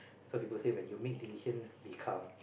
so people say when you make decision be calm